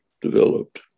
developed